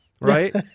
right